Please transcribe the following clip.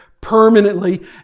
permanently